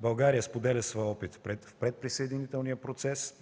България споделя своя опит в предприсъединителния процес